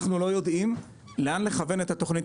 אנחנו לא יודעים לאן לכוון את התוכנית